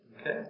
Okay